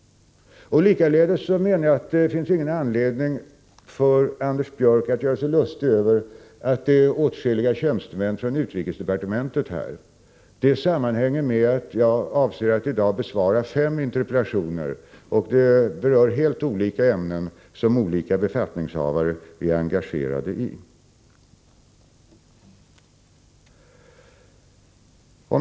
Likaledes finns det ingen anledning för Anders Björck att göra sig lustig över att det är åtskilliga tjänstemän från utrikesdepartementet här. Det sammanhänger med att jag avser att i dag besvara fyra interpellationer, .och de berör helt olika ämnen, som olika befattningshavare är engagerade i.